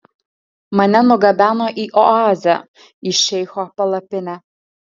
mane nugabeno į oazę į šeicho palapinę